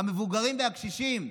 המבוגרים והקשישים.